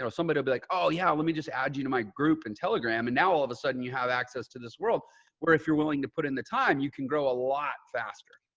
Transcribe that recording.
so somebody will be like, oh yeah, let me just add you to my group and telegram. and now all of a sudden you have access to this world where if you're willing to put in the time, you can grow a lot faster.